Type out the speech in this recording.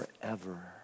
forever